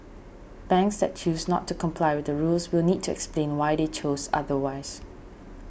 banks that choose not to comply with the rules will need to explain why they chose otherwise